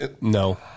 No